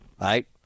right